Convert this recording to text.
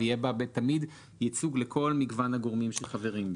ותמיד יהיה בה ייצוג לכל מגוון הגורמים שחברים בה.